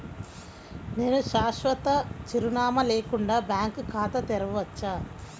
నేను శాశ్వత చిరునామా లేకుండా బ్యాంక్ ఖాతా తెరవచ్చా?